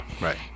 right